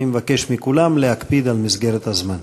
אני מבקש מכולם להקפיד על מסגרת הזמן.